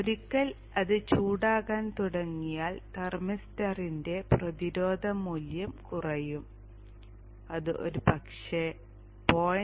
ഒരിക്കൽ അത് ചൂടാകാൻ തുടങ്ങിയാൽ തെർമിസ്റ്ററിന്റെ പ്രതിരോധ മൂല്യം കുറയും അത് ഒരുപക്ഷേ 0